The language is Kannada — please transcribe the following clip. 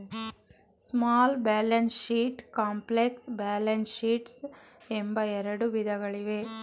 small balance sheets, complex balance sheets ಎಂಬ ಎರಡು ವಿಧಗಳಿವೆ